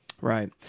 right